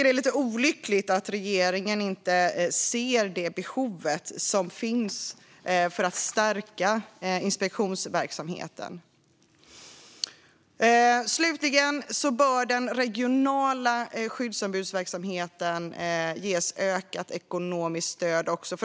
Det är olyckligt att regeringen inte ser det behov som finns av att stärka inspektionsverksamheten. Slutligen bör den regionala skyddsombudsverksamheten ges ökat ekonomiskt stöd.